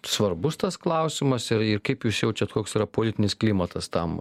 svarbus tas klausimas ir ir kaip jūs jaučiat koks yra politinis klimatas tam